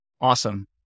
Awesome